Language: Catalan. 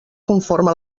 conforme